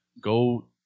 go